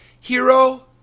hero